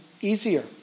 easier